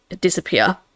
disappear